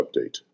Update